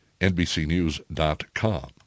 NBCNews.com